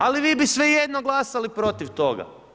Ali vi bi svejedno glasali protiv toga.